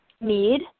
need